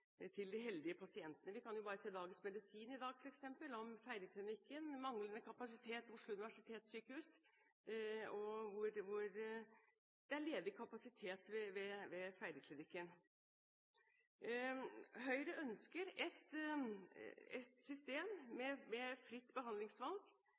til de heldige pasientene. I Dagens Medisin, f.eks., kan vi i dag lese om Feiringklinikken, at det er manglende kapasitet ved Oslo universitetssykehus, mens det er ledig kapasitet ved Feiringklinikken. Høyre ønsker et system